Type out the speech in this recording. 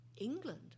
England